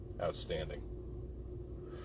outstanding